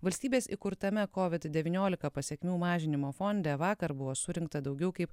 valstybės įkurtame covid devyniolika pasekmių mažinimo fonde vakar buvo surinkta daugiau kaip